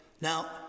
Now